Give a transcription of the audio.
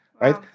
right